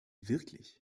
wirklich